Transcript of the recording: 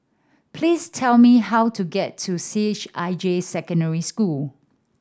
please tell me how to get to C H I J Secondary